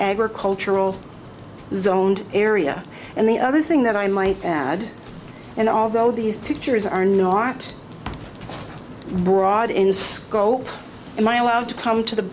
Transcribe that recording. agricultural zoned area and the other thing that i might add and although these pictures are not broad in scope am i allowed to come to the